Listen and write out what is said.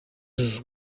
his